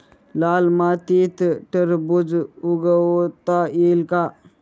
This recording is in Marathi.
लाल मातीत टरबूज उगवता येईल का?